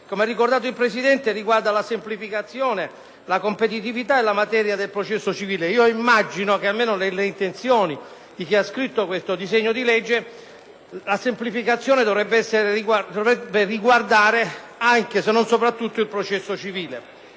Come ha ricordato il Presidente, esso riguarda la semplificazione, la competitivita e la materia del processo civile. Immagino che, almeno nelle intenzioni di chi ha scritto questo disegno di legge, la semplificazione dovrebbe riguardare anche, se non soprattutto, il processo civile.